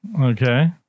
Okay